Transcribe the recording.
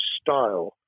style